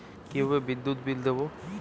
কিভাবে বিদ্যুৎ বিল দেবো?